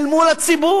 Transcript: אל מול הציבור.